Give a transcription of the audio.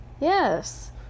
Yes